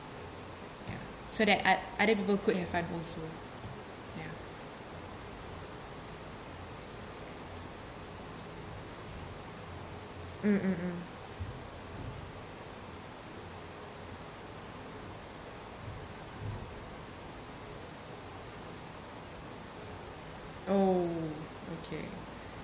so that oth~ other people could have fun also ya mm mm mm oh okay